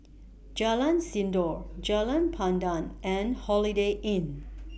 Jalan Sindor Jalan Pandan and Holiday Inn